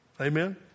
Amen